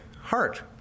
heart